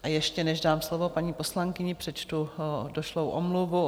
A ještě než dám slovo paní poslankyni, přečtu došlou omluvu.